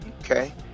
Okay